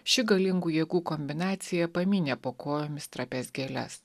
ši galingų jėgų kombinacija pamynė po kojomis trapias gėles